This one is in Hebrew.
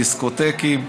דיסקוטקים,